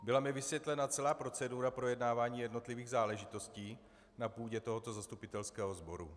Byla mi vysvětlena celá procedura projednávání jednotlivých záležitostí na půdě tohoto zastupitelského sboru.